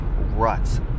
ruts